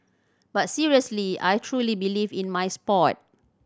but seriously I truly believe in my sport